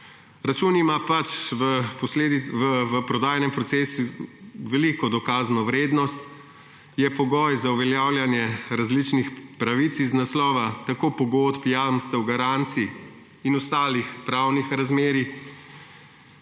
Račun ima v prodajnem procesu veliko dokazno vrednost, je pogoj za uveljavljanje različnih pravic iz naslova tako pogodb, jamstev, garancij in ostalih pravnih razmerij,